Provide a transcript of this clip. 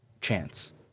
chance